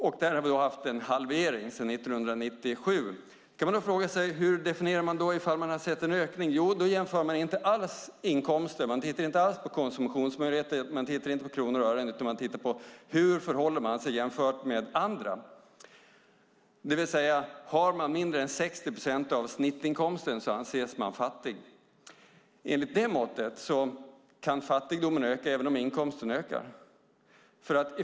Där har vi alltså haft en halvering sedan 1997. Hur ser då den definition ut som visar en ökning? Då jämför man inte inkomster, man tittar inte på konsumtionsmöjligheter och kronor och ören utan man tittar på människors förhållanden i jämförelse med andra. Om man har mindre än 60 procent av snittinkomsten anses man vara fattig. Enligt det måttet kan fattigdomen öka även om inkomsten ökar.